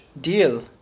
deal